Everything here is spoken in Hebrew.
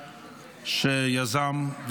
שיזם,